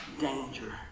danger